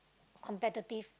competitive